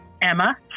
emma